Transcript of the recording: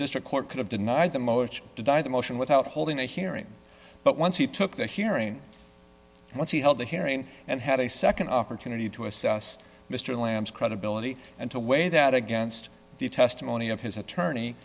district court could have denied the motion to die the motion without holding a hearing but once he took the hearing once he held a hearing and had a nd opportunity to assess mr lamb's credibility and to weigh that against the testimony of his attorney